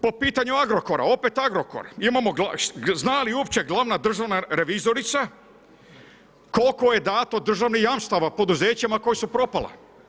Po pitanju Agrokora, opet Agrokor, zna li uopće glavna državna revizorica koliko je dato državnih jamstava poduzećima koja su propala?